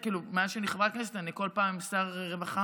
מאז שאני חברת כנסת, אני מבקשת בכל פעם משר רווחה